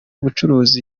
umucuruzi